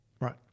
Right